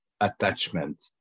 Attachment